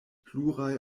pluraj